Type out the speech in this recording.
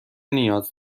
نیاز